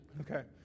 Okay